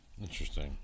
Interesting